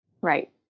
Right